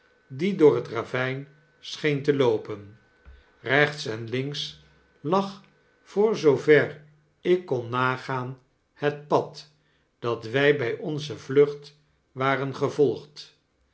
die door het ravyn scheen te loopen rechts en links lag voor zoover ik kon nagaan het pad dat wy bij onze vlucht waren gevolgd